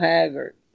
Haggard